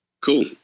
Cool